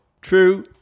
True